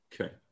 Okay